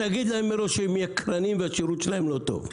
תגיד להם מראש שהם יקרנים והשירות שלהם לא טוב.